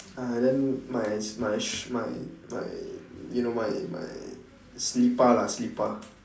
uh then my s~ my sh~ my my you know my my selipar lah selipar